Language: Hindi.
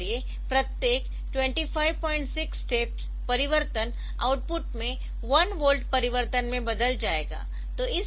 इसलिए प्रत्येक 256 स्टेप परिवर्तन आउटपुट में 1 वोल्ट परिवर्तन में बदल जाएगा